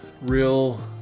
real